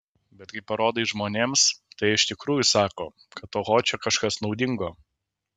bet kai parodai žmonėms tai jie iš tikrųjų sako kad oho čia kažkas naudingo